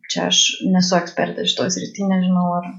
čia aš nesu ekspertas šitoj srity nežinau ar